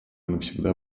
навсегда